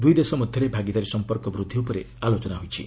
ଦୁଇ ଦେଶ ମଧ୍ୟରେ ଭାଗିଦାରୀ ସମ୍ପର୍କ ବୃଦ୍ଧି ଉପରେ ଆଲୋଚନା ହୋଇଛି